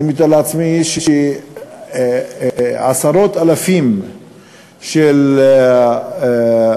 אני מתאר לעצמי שעשרות אלפים של אזרחים,